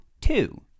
two